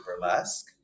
burlesque